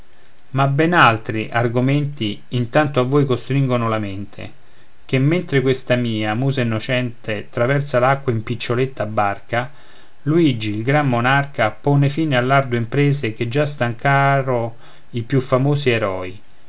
ma ben altri argomenti intanto a voi costringono la mente che mentre questa mia musa innocente traversa l'acque in piccioletta barca luigi il gran monarca pon fine all'ardue imprese che già stancaro i più famosi eroi